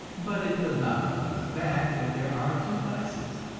but it does not alter the fact that there are two classes,